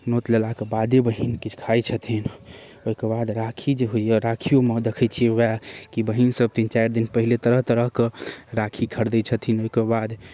नोत लेलाक बादे बहीन किछु खाइ छथिन ओहिके बाद राखी जे होइया राखीमे दखै छियै वएह कि बहीन सब दू चारि दिन पहिले तरह तरहके राखी खरदै छथिन ओहिके बाद